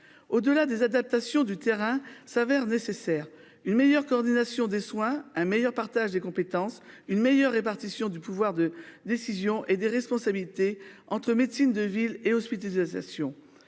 Au-delà des adaptations du terrain s'avère nécessaire une meilleure coordination des soins, un meilleur partage des compétences, une meilleure répartition du pouvoir de décision et des responsabilités entre médecine de ville et hospitalisations.